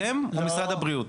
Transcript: אתם או משרד הבריאות?